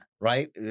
Right